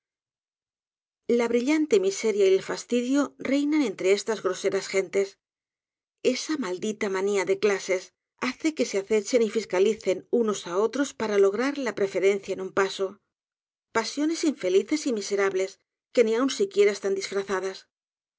la brillante miseria y el fastidio reinan entre estas groseras gentes esa maldita manía de clases hace que se acechen y fiscalicen unos á otros para lograr la preferencia en un paso pasiones infelices y miserables que ni aun siquiera están disfrazadas